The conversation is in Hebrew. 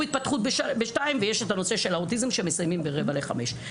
התפתחות ב-14:00 ויש את הנושא של האוטיזם שמסיימים ב-16:45.